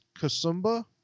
Kasumba